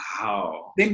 Wow